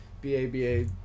B-A-B-A